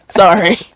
Sorry